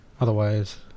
otherwise